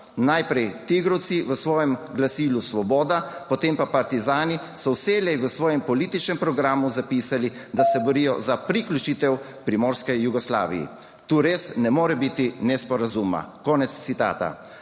Najprej tigrovci v svojem glasilu Svoboda, potem pa partizani, so vselej v svojem političnem programu zapisali, da se borijo za priključitev Primorske k Jugoslaviji. Tu res ne more biti nesporazuma.« Konec citata.